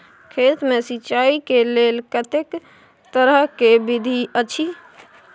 खेत मे सिंचाई के लेल कतेक तरह के विधी अछि?